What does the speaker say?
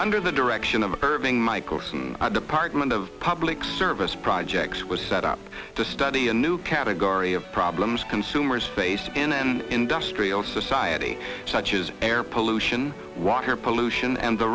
under the direction of irving michelson a department of public service projects was set up to study a new category of problems consumers faced in an industrial society such as air pollution water pollution and the